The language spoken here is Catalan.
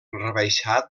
rebaixat